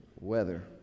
Weather